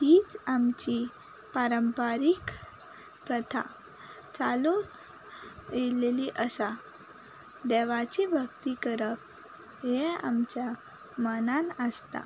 हीच आमची पारंपारीक प्रथा चालू येयल्लेली आसा देवाची भक्ती करप हें आमच्या मनान आसता